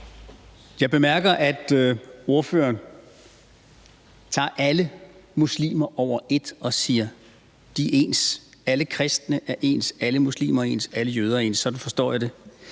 Jeg bemærker, at ordføreren skærer alle muslimer over én kam og siger: De er ens; alle kristne er ens, alle muslimer er ens, alle jøder er ens – sådan forstår jeg det.